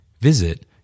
Visit